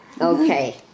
Okay